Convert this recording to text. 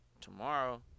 Tomorrow